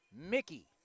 Mickey